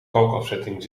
kalkafzetting